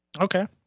Okay